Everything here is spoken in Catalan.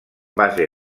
base